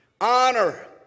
honor